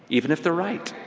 even if they're right.